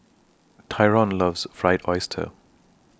Tyrone loves Fried Oyster